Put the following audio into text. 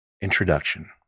Introduction